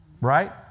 right